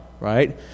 right